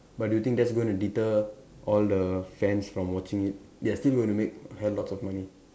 but do you think that's going to deter all the fans from watching it they are still going to make hell lots of money